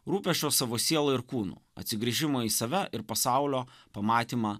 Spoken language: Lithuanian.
rūpesčio savo siela ir kūnu atsigręžimo į save ir pasaulio pamatymą